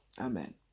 Amen